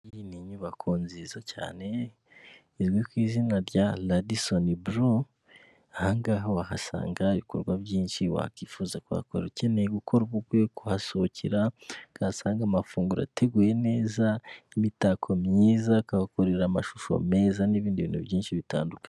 Iyi ni inyubako nziza cyane izwi ku izina rya ladisoni buru, aha ngaha wahasanga ibikorwa byinshi wakwifuza kuhakora ukeneye gukora ubukwe, kuhasohokera, ukahasanga amafunguro ateguye neza, imitako myiza akahakorera amashusho meza n'ibindi bintu byinshi bitandukanye.